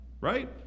right